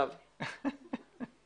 מערכת מנ"ע היא מערכת שעובדת 15 שנה,